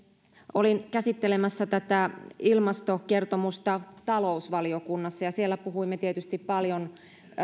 olin käsittelemässä tätä ilmastokertomusta talousvaliokunnassa ja siellä puhuimme tietysti paljon